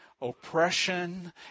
oppression